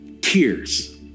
tears